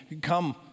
Come